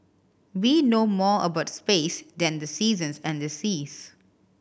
we know more about space than the seasons and the seas